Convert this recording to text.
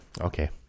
Okay